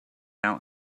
out